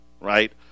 right